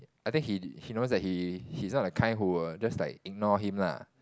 I think he he knows that he he's not the kind who will just like ignore him ah